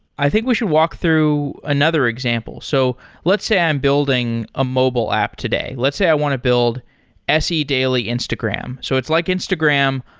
i think we should walk through another example. so let's say i'm building a mobile app today. let's say i want to build se daily instagram. so it's like instagram,